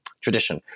tradition